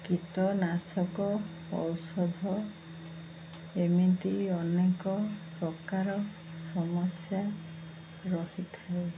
କୀଟନାଶକ ଔଷଧ ଏମିତି ଅନେକ ପ୍ରକାର ସମସ୍ୟା ରହିଥାଏ